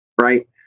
Right